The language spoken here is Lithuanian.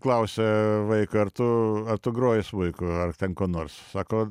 klausia vaiką ar tu tu groji smuiku ar ten kuo nors sako